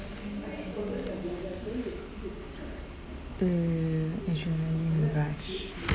err adrenaline rush